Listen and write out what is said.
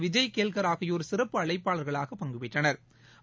விஜய் கேல்கள் ஆகியோர் சிறப்பு அழைப்பாளா்களாக பங்கு பெற்றனா்